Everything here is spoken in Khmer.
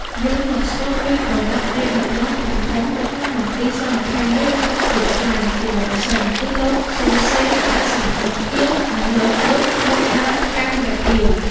យើងមកស្គាល់ពីប្រវត្ដិមេដឹកនាំធំៗ នៅក្នុង មន្ទីរ ស-២១ ឬគុកទួលស្លែង ជាមុនសិន គឺ លោក សុន សេន (ហៅសមមិត្តខៀវ) និង លោក ឌុច (ឈ្មោះដើម កាំង ហ្កេកអ៊ាវ)។